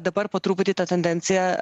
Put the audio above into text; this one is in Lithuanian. dabar po truputį ta tendencija